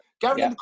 Gary